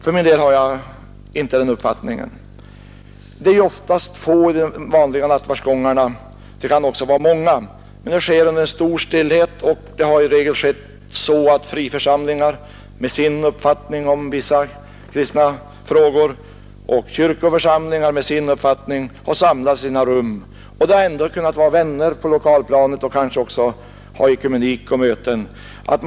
För min del har jag inte den uppfattningen. Det är ju oftast få i de vanliga nattvardsgångarna, men det kan också vara många. Men de sker i stor stillhet. I regel sker det så, att friförsamlingar, med sin uppfattning i vissa kristna frågor, och kyrkoförsamlingar med sin uppfattning samlas i sina rum. De har ändå kunnat vara vänner på lokalplanet och kan måhända också bedriva ekumenik och hålla möten.